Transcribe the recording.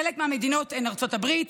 חלק מהמדינות הן ארצות הברית,